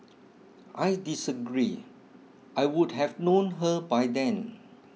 I disagree I would have known her by then